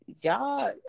y'all